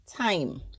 time